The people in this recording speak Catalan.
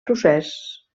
procés